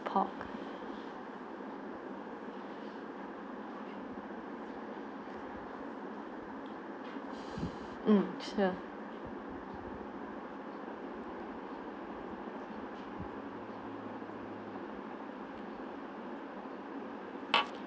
pork mm so